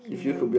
human